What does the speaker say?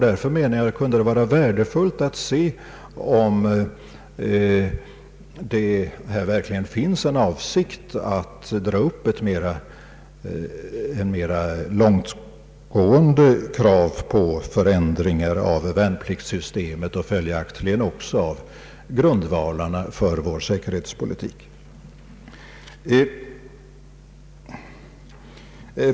Därför menar jag att det skulle vara värdefullt att se om här verkligen finns en avsikt att dra upp mera långtgående krav på förändringar av värnpliktssystemet och följaktligen också av grundvalarna för vår säkerhetspolitik.